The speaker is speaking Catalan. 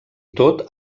tot